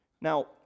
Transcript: Now